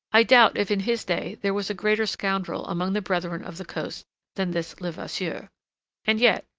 i doubt if in his day there was a greater scoundrel among the brethren of the coast than this levasseur. and yet,